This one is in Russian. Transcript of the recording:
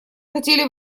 хотели